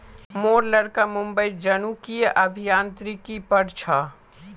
मोर लड़का मुंबईत जनुकीय अभियांत्रिकी पढ़ छ